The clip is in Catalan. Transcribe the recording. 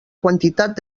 quantitat